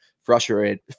frustrated